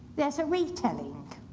there's a retelling.